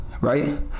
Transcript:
right